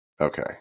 Okay